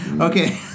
Okay